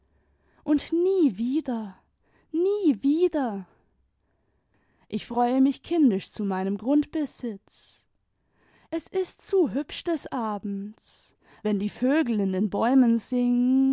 und nie wieder nie wieder i ich freue mich kindisch zu meinem grundbesitz es ist zu hübsch des abends wenn die vögel in den bäumen singen